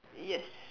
yes